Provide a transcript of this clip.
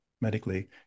medically